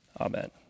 amen